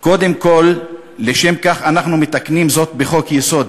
"קודם כול, לשם כך אנחנו מתקנים זאת כחוק-יסוד,